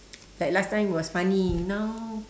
like last time it was funny now